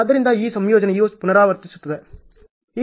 ಆದ್ದರಿಂದ ಈ ಸಂಯೋಜನೆಯು ಪುನರಾವರ್ತಿಸುತ್ತಿದೆ